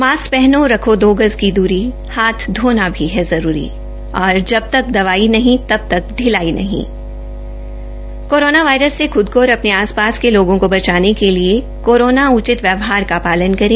mask पहनो रखो दो गज की दूरी हाथ धोना भी है जरूरी जब तक दवाई नहीं तब तक शिलाई नहीं कोरोना वायरस से ख्द को और अपने आस पास के लोगों को बचाने के लिए कोरोना उचित व्यवहार का पालन करें